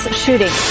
shooting